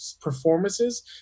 performances